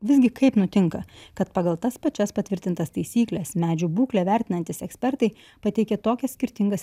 visgi kaip nutinka kad pagal tas pačias patvirtintas taisykles medžių būklę vertinantys ekspertai pateikė tokias skirtingas